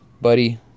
buddy